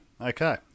Okay